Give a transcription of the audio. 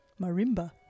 marimba